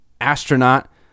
astronaut